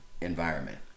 environment